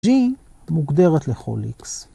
G מוגדרת לכל x.